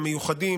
המיוחדים,